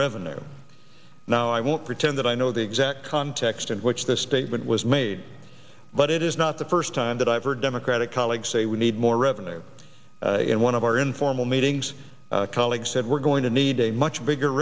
revenue now i won't pretend that i know the exact context in which this statement was made but it is not the first time that i've heard democratic colleagues say we need more revenue in one of our informal meetings colleagues said we're going to need a much bigger